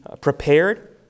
prepared